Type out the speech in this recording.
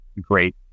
great